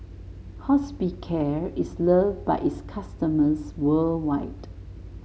Hospicare is loved by its customers worldwide